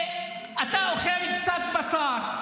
אתה אוכל קצת בשר,